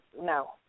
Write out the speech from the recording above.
no